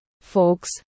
folks